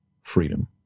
freedom